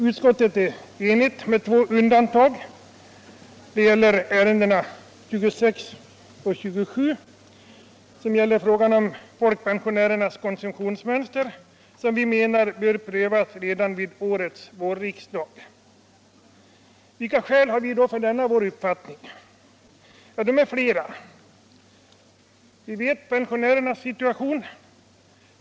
Utskottet är enigt med undantag för punkterna 26 och 27, som gäller frågan om folkpensionärernas konsumtionsmönster, en fråga som vi menar bör prövas redan vid årets vårriksdag. Vilka skäl har vi då för denna vår uppfattning? Ja, skälen är flera. Vi känner till pensionärernas situation.